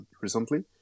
recently